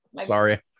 Sorry